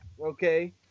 okay